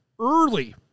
early